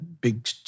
big